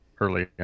early